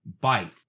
bite